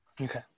Okay